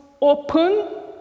open